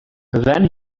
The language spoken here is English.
then